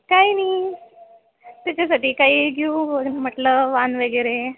काय नाही त्याच्यासाठी काही घेऊ म्हटलं वाण वगैरे